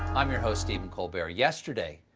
i'm your host stephen colbert. yesterday,